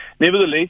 nevertheless